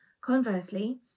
Conversely